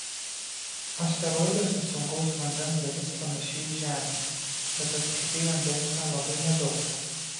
asteroiduose sunkaus vandens dalis panaši į žemės bet apskritai vandens ten labai nedaug